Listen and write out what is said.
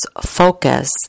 focus